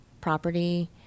property